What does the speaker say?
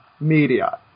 media